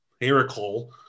miracle